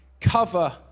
cover